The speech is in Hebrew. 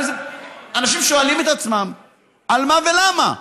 אנשים שואלים את עצמם על מה ולמה.